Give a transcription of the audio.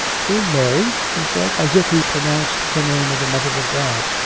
queen mary? he said, as if he pronounced the name of the mother of god.